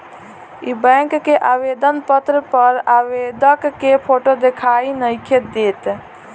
इ बैक के आवेदन पत्र पर आवेदक के फोटो दिखाई नइखे देत